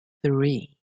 three